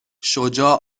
شجاع